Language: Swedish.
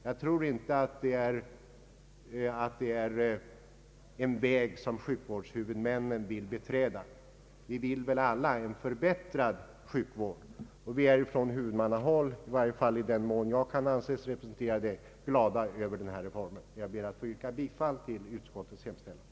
Jag tror inte att detta är en väg som sjukvårdshuvudmännen vill beträda. Vi vill väl alla ha en förbättrad sjukvård och vi är även från huvudmannahåll — i varje fall i den mån jag kan anses representera det — glada över denna reform. Jag ber att få yrka bifall till utskottets hemställan.